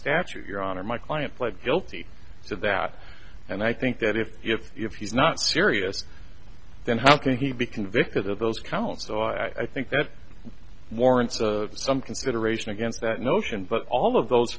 statute your honor my client pled guilty to that and i think that if if if he's not serious then how can he be convicted of those counts so i think that warrants some consideration against that notion but all of those